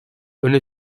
öne